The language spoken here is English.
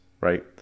right